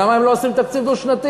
למה הם לא עושים תקציב דו-שנתי?